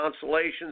consolations